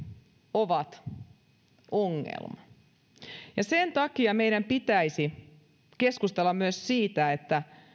ovat ongelma ja sen takia meidän pitäisi keskustella myös siitä että